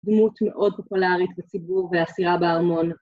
דמות מאוד פופולרית בציבור ואסירה בארמון.